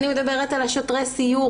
אני מדברת על שוטרי סיור